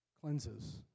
cleanses